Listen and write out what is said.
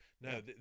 No